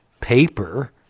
paper